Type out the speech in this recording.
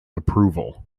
approval